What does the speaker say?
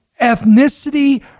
ethnicity